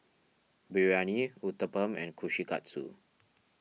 Biryani Uthapam and Kushikatsu